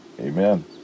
Amen